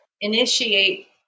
initiate